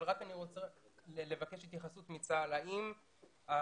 אני רוצה לפני כן לבקש התייחסות מצה"ל ולשאול האם המעטפת